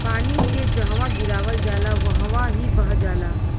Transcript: पानी के जहवा गिरावल जाला वहवॉ ही बह जाला